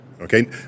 okay